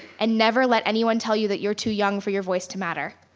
and never let anyone tell you that you're too young for your voice to matter.